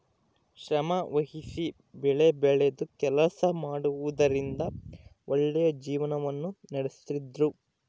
ಶ್ರಮವಹಿಸಿ ಬೆಳೆಬೆಳೆದು ಕೆಲಸ ಮಾಡುವುದರಿಂದ ಒಳ್ಳೆಯ ಜೀವನವನ್ನ ನಡಿಸ್ತಿದ್ರು